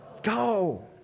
Go